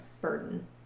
burden